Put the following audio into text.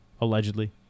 allegedly